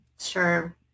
Sure